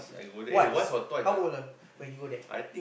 once how old ah when you go there